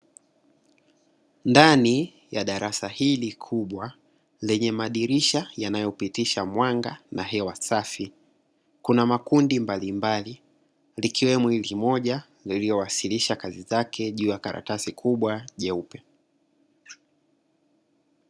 Ndani ya darasa hili kubwa lenye madirisha yanayopitisha mwanga na hewa safi, kuna makundi mbalimbali. Likiwemo hili moja lililowasilisha kazi yake juu ya karatasi kubwa jeupe.